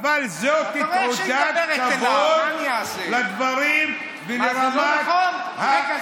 אבל זאת תעודת כבוד ולדברים ולרמת הוויכוח.